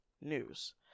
news